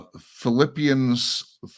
Philippians